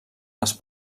les